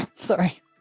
sorry